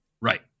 Right